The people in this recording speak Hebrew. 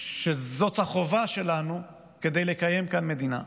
שזאת החובה שלנו כדי לקיים כאן מדינה.